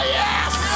yes